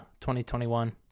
2021